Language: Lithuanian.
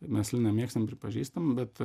mes liną mėgstam pripažįstam bet